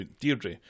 Deirdre